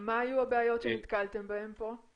מה היו הבעיות שנתקלתם בהן פה?